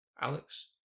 Alex